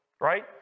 right